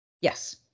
Yes